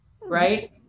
right